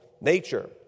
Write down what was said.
nature